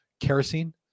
Kerosene